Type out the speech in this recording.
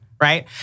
right